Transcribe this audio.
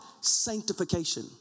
Sanctification